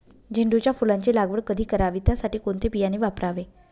झेंडूच्या फुलांची लागवड कधी करावी? त्यासाठी कोणते बियाणे वापरावे?